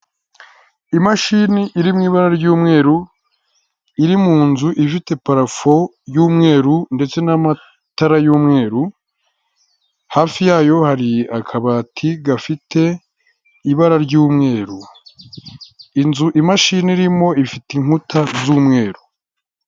Imashini iri mu ibara ry'umweru iri mu nzu ifite parafo y'umweru ndetse n'amatara y'umweru, hafi yayo hari akabati gafite ibara ry'umweru, inzu imashini irimo ifite inkuta z'umweru.